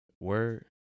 Word